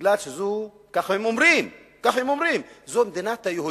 בגלל שזו, כך הם אומרים, מדינת היהודים,